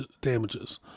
Damages